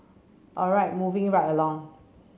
all right moving right along